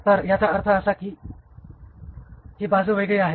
तर याचा अर्थ असा की ही बाजू वेगळी आहे